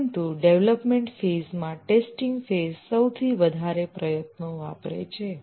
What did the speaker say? પરંતુ development phase માં testing phase સૌથી વધારે પ્રયત્નો વાપરે છે